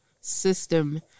system